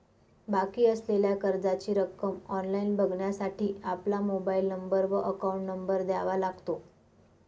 बाकी असलेल्या कर्जाची रक्कम ऑनलाइन बघण्यासाठी आपला मोबाइल नंबर व अकाउंट नंबर द्यावा लागतो